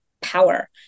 power